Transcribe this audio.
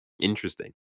interesting